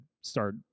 start